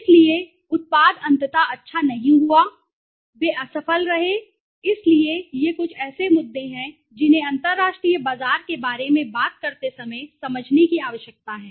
इसलिए उत्पाद अंततः अच्छा नहीं हुआ वे असफल रहे इसलिए ये कुछ ऐसे मुद्दे हैं जिन्हें अंतर्राष्ट्रीय बाजार के बारे में बात करते समय समझने की आवश्यकता है